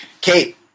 Kate